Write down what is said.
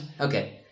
Okay